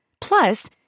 Plus